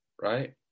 right